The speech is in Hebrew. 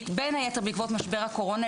בין היתר בעקבות משבר הקורונה,